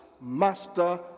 master